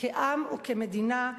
כעם וכמדינה,